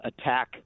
attack